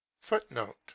Footnote